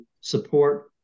support